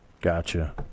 gotcha